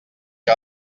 que